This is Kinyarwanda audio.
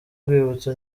rwibutso